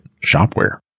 shopware